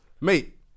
mate